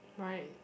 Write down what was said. right